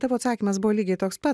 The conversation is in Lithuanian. tavo atsakymas buvo lygiai toks pa